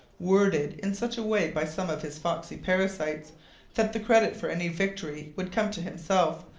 worded in such a way by some of his foxy parasites that the credit for any victory would come to himself,